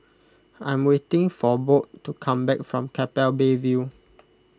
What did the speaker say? I'm waiting for Bode to come back from Keppel Bay View